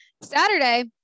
Saturday